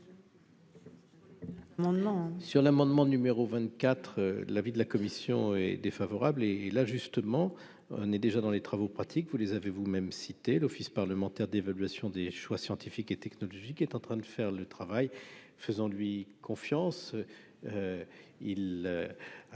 sur l'amendement numéro 24 l'avis de la commission est défavorable et là justement, on est déjà dans les travaux pratiques, vous les avez-vous même cité l'Office parlementaire d'évaluation des choix scientifiques et technologiques est en train de faire le travail, faisons-lui confiance, il